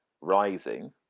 rising